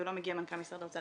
ולא מגיע מנכ"ל משרד האוצר.